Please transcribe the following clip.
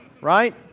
Right